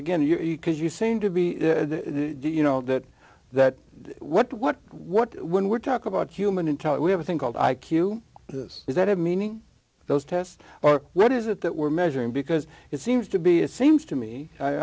again you are because you seem to be do you know that that what what what when we're talk about human intel have a thing called i q is that a meaning those test or what is it that we're measuring because it seems to be it seems to me